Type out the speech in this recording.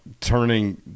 turning